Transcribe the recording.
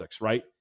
right